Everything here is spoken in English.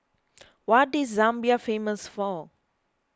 what is Zambia famous for